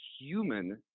human